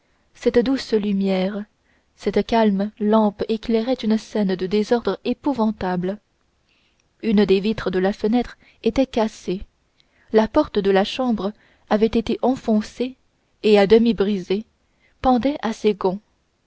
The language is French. cette douce lumière cette calme lampe éclairait une scène de désordre épouvantable une des vitres de la fenêtre était cassée la porte de la chambre avait été enfoncée et à demi brisée pendait à ses gonds